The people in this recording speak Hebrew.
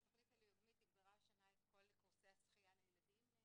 התכנית הלאומית תגברה השנה את כל קורסי השחייה לילדים.